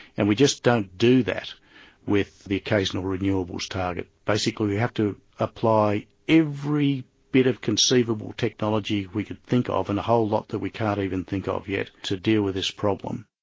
and we just don't do that with the occasional renewables target. basically we have to apply every bit of conceivable technology we can think of and a whole lot that we can't even think of yet, to deal with this problem.